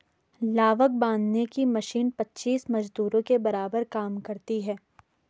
लावक बांधने की मशीन पच्चीस मजदूरों के बराबर काम करती है